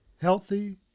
healthy